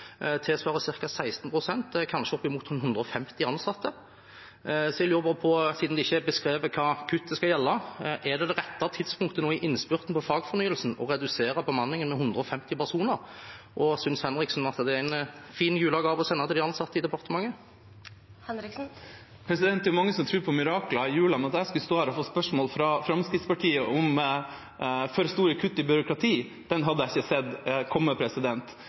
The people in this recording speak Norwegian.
Siden det ikke er beskrevet hva kuttet skal gjelde, lurer jeg på om det er rett tidspunkt nå, i innspurten på fagfornyelsen, å redusere bemanningen med 150 personer? Synes Henriksen det er en fin julegave å sende til de ansatte i departementet? Det er mange som tror på mirakler i jula, men at jeg skulle stå her og få spørsmål fra Fremskrittspartiet om for store kutt i byråkratiet, hadde jeg ikke sett